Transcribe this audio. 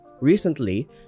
recently